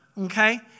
okay